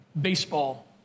baseball